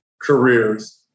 careers